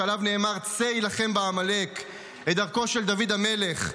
שעליו נאמר: "צא הִלָּחם בעמלק"; את דרכו של דוד המלך,